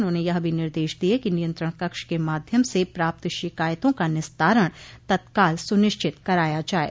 उन्होंने यह भी निर्देश दिये कि नियंत्रण कक्ष के माध्यम से प्राप्त शिकायतों का निस्तारण तत्काल सुनिश्चित कराया जाये